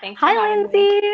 and hi, lindsay.